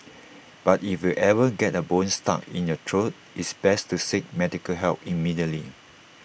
but if you ever get A bone stuck in your throat it's best to seek medical help immediately